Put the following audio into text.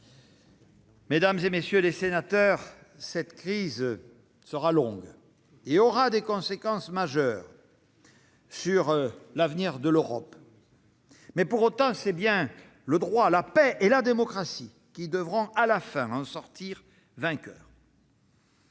Mesdames, messieurs les sénateurs, cette crise sera longue et aura des conséquences majeures sur l'avenir de l'Europe, mais pour autant c'est bien le droit, la paix et la démocratie qui devront à la fin en sortir vainqueurs.